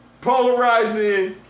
polarizing